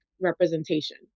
representation